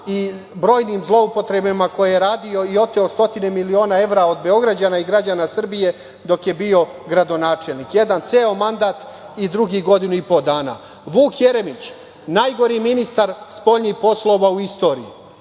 i brojnim zloupotrebama koje je radio i oteo stotine miliona evra od Beograđana i građana Srbije dok je bio gradonačelnik, jedan ceo mandat i drugi godinu i po dana. Vuk Jeremić, najgori ministar spoljnih poslova u istoriji